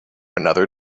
another